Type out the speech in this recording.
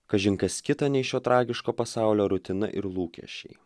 kažin kas kita nei šio tragiško pasaulio rutina ir lūkesčiai